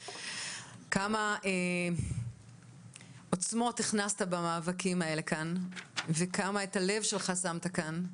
כמה עוצמות הכנסת במאבקים האלה כאן וכמה את הלב שלך שמת כאן.